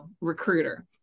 recruiter